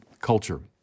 culture